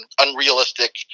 unrealistic